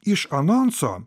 iš anonso